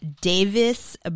Davis